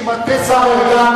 נכון.